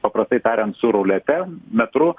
paprastai tariant su rulete metru